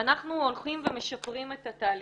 ואנחנו הולכים ומשפרים את התהליכים.